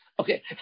Okay